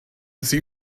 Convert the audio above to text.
sie